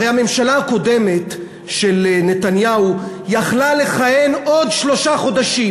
הרי הממשלה הקודמת של נתניהו יכלה לכהן עוד שלושה חודשים,